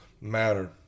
matter